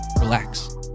relax